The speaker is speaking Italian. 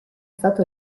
stato